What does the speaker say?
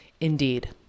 Indeed